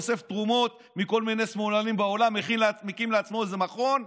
אוסף תרומות מכל מיני שמאלנים בעולם ומקים לעצמו איזה מכון,